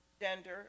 gender